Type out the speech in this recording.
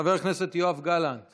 חבר הכנסת יואב גלנט